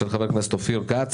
של חבר הכנסת אופיר כץ